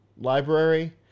Library